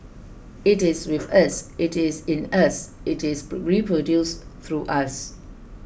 it is with us it is in us it is reproduced through us